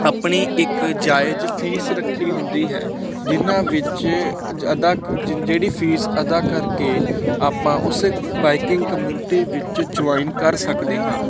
ਆਪਣੀ ਇੱਕ ਜਾਇਜ਼ ਫੀਸ ਰੱਖੀ ਹੁੰਦੀ ਹੈ ਜਿਹਨਾਂ ਵਿੱਚ ਅਦਾ ਜਿਹੜੀ ਫੀਸ ਅਦਾ ਕਰਕੇ ਆਪਾਂ ਉਸੇ ਬਾਈਕਿੰਗ ਕਮਿਊਨਿਟੀ ਵਿੱਚ ਜੁਆਇਨ ਕਰ ਸਕਦੇ ਹਾਂ